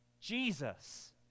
Jesus